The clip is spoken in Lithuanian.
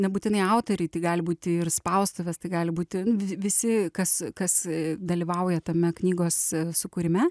nebūtinai autoriai tai gali būti ir spaustuvės tai gali būti visi kas kas dalyvauja tame knygos sukūrime